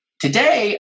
today